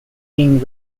being